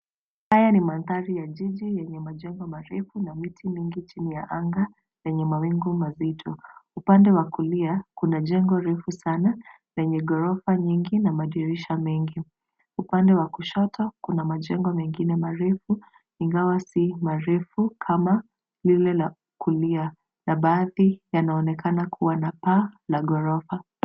Haya ni mandhari ya jiji yenye majengo marefu na miti mingi chini ya anga lenye mawingu mazito. Upande wa kulia, kuna jengo refu sana lenye ghorofa nyingi na madirisha mengi. Upande wa kushoto kuna majengo mengine marefu ingawa si marefu kama lile la kulia na baadhi yanaonekana kuwa na paa la ghorofa.